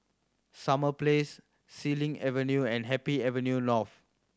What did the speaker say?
Summer Place Xilin Avenue and Happy Avenue North